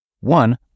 One